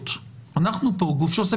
ממשרד